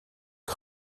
den